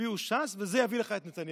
תצביעו ש"ס, וזה יביא לך את נתניהו.